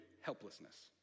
helplessness